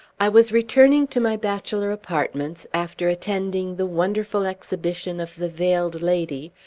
i was returning to my bachelor apartments, after attending the wonderful exhibition of the veiled lady,